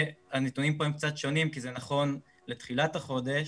הנתונים פה הם קצת שונים כי זה נכון לתחילת החודש,